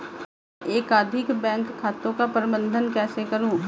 मैं एकाधिक बैंक खातों का प्रबंधन कैसे करूँ?